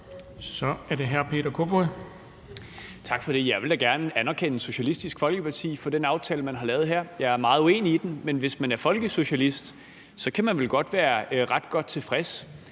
13:45 Peter Kofod (DF): Tak for det. Jeg vil da gerne anerkende Socialistisk Folkeparti for den aftale, man har lavet her. Jeg er meget uenig i den, men hvis man er folkesocialist, kan man vel godt være ret godt tilfreds.